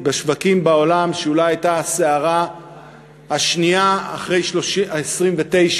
בשווקים בעולם שאולי הייתה הסערה השנייה אחרי 1929,